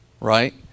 right